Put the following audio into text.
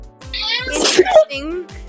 Interesting